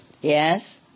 yes